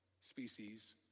species